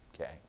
Okay